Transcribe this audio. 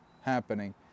happening